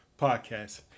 podcast